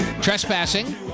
Trespassing